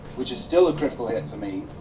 which is still a critical hit for me.